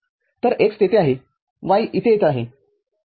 तर x तेथे आहे y इथे येत आहे ठीक आहे